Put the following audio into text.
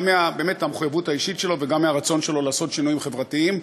גם מהמחויבות האישית שלו וגם מהרצון שלו לעשות שינויים חברתיים.